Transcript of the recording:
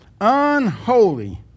unholy